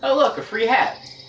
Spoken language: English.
ah look, a free hat!